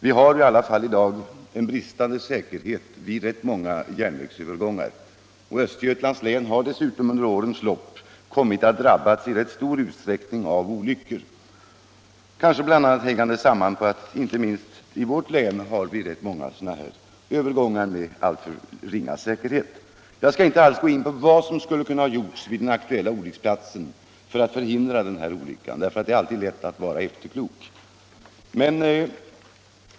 Vi har i dag en bristande säkerhet vid rätt många järnvägsövergångar. Östergötlands län har under årens lopp kommit att i rätt stor utsträckning drabbas av olyckor, kanske bl.a. sammanhängande med att vi i vårt län har ganska många järnvägskorsningar med alltför dålig säkerhet. Jag skall inte gå in på vad som kunde ha gjorts vid den aktuella olycksplatsen för att förhindra denna olycka — det är alltid lätt att vara efterklok.